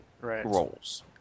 roles